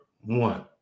one